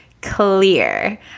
clear